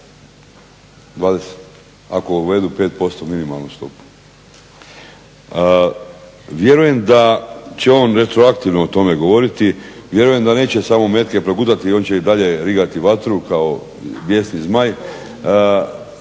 20 ako uvedu 5% minimalnu stopu. Vjerujem da će on retroaktivno o tome govoriti. Vjerujem da neće samo metke progutati. On će i dalje rigati vatru kao bjesni zmaj.